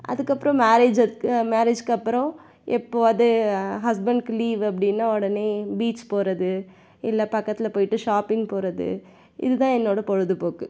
அதுக்கு அப்புறம் மேரேஜ் இருக்குது மேரேஜுக்கு அப்புறம் எப்போவாவது ஹஸ்பண்டுக்கு லீவு அப்படின்னா உடனே பீச் போகிறது இல்லை பக்கத்தில் போயிட்டு ஷாப்பிங் போகிறது இது தான் என்னோடய பொழுதுப்போக்கு